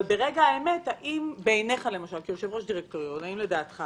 האם לדעתך